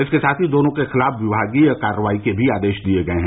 इसके साथ ही दोनों के खिलाफ विभागीय कार्रवाई के आदेश भी दिये गये हैं